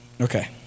Okay